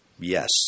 Yes